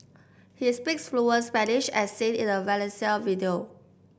he speaks fluent Spanish as seen in a Valencia video